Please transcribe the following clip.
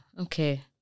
Okay